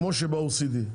כמו ב-OECD.